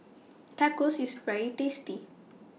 Tacos IS very tasty